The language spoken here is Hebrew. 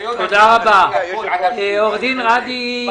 תודה רבה, עו"ד ראדי נג'ם.